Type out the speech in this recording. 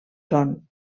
són